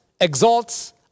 exalts